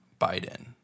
Biden